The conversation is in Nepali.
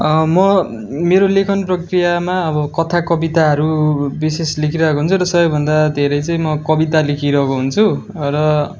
म मेरो लेखन प्रक्रियामा अब कथा कविताहरू विशेष लेखिरहेको हुन्छ र सबैभन्दा धेरै चाहिँ म कविता लेखिरहेको हुन्छु र